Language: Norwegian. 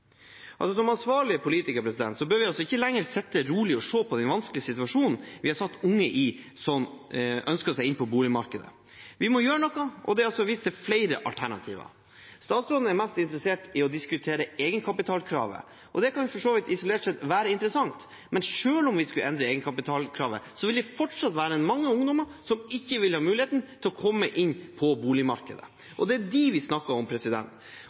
Som ansvarlige politikere bør vi ikke lenger sitte rolig og se på den vanskelige situasjonen vi har satt unge i som ønsker seg inn på boligmarkedet. Vi må gjøre noe, og det er vist til flere alternativer. Statsråden er mest interessert i å diskutere egenkapitalkravet. Det kan for så vidt isolert sett være interessant, men selv om vi skulle endre egenkapitalkravet, vil det fortsatt være mange ungdommer som ikke vil ha mulighet til å komme inn på boligmarkedet, og det er dem vi snakker om.